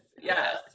yes